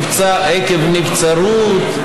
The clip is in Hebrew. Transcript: עקב נבצרות,